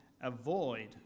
avoid